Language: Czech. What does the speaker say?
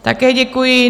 Také děkuji.